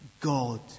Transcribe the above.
God